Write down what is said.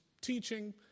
teaching